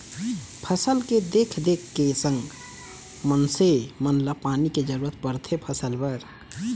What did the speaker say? फसल के देख देख के संग मनसे मन ल पानी के जरूरत परथे फसल बर